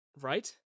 right